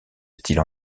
style